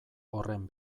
horren